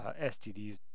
STDs